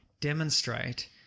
demonstrate